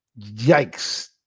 Yikes